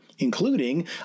including